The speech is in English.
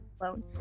alone